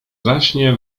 zaśnie